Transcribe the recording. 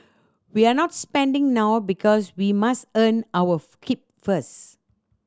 we're not spending now because we must earn our keep first